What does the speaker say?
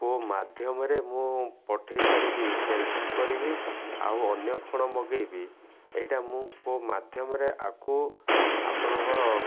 କେଉଁ ମାଧ୍ୟମରେ ମୁଁ ପଠେଇ ପାରିବି କ୍ୟାାନସେଲ୍ କରିବି ଆଉ ଅନ୍ୟ କ'ଣ ମଗେଇବି ଏଇଟା ମୁଁ କେଉଁ ମାଧ୍ୟମରେ ଆକୁ ଆପଣଙ୍କର